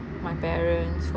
my parents for